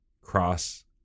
cross